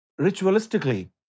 ritualistically